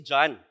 John